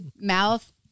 mouth